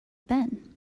ben